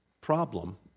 problem